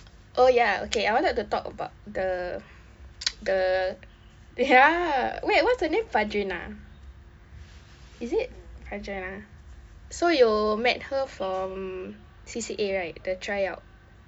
oh ya okay I wanted to talk about the the ya wait what's her name fadreena is it fadreena so you met her from C_C_A right the try out